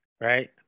right